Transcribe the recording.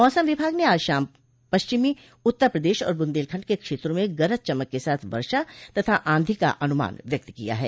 मौसम विभाग ने आज शाम पश्चिमी उत्तर प्रदेश और बुन्देलखंड के क्षेत्र में गरज चमक के साथ वर्षा तथा आंधी का अनुमान व्यक्त किया है